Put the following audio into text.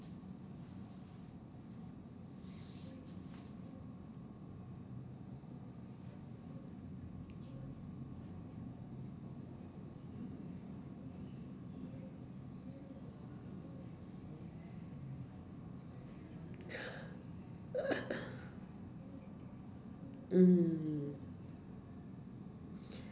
mm